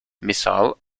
missile